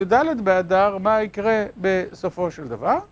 י"ד באדר מה יקרה בסופו של דבר